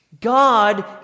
God